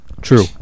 True